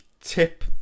tip